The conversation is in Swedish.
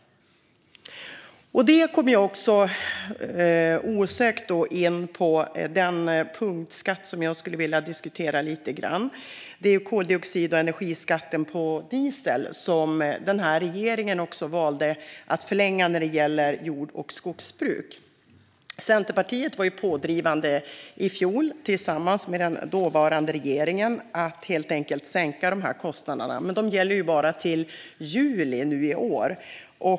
Detta för mig osökt in på en punktskatt som jag skulle vilja diskutera lite grann, nämligen koldioxid och energiskatten på diesel. Här har regeringen valt att göra en förlängning av nedsättningen gällande jordbruk och skogsbruk. Centerpartiet var i fjol tillsammans med den dåvarande regeringen pådrivande för att sänka de här kostnaderna, men det gäller bara till juli nu i år.